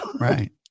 Right